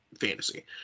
fantasy